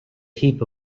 heap